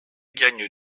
gagne